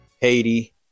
Haiti